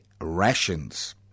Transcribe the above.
rations